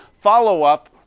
follow-up